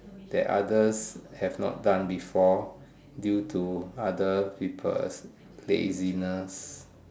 that others have not done before due to other people's laziness